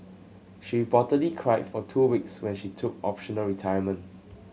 she reportedly cried for two weeks when she took optional retirement